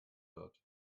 wird